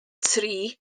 tri